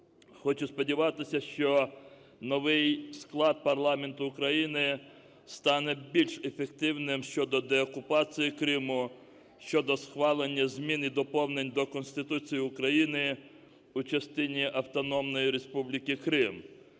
Хочу сподіватися, що новий склад парламенту України стане більш ефективним щодо деокупації Криму, щодо схвалення змін і доповнень до Конституції України в частині Автономної Республіки Крим.